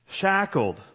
shackled